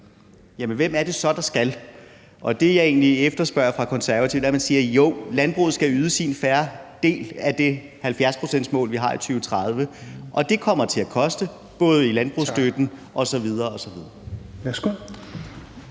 Hvem er det så, der skal? Det, jeg egentlig efterspørger hos Konservative, er, at man siger: Jo, landbruget skal yde sin fair del af det 70-procentsmål, vi har i 2030. Og det kommer til at koste i landbrugsstøtten osv.